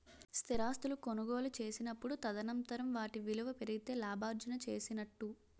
స్థిరాస్తులు కొనుగోలు చేసినప్పుడు తదనంతరం వాటి విలువ పెరిగితే లాభార్జన చేసినట్టు